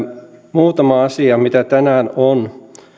muutama asia mitä tänään on